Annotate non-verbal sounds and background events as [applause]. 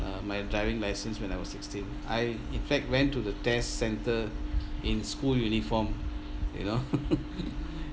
uh my driving license when I was sixteen I in fact went to the test centre in school uniform you know [laughs]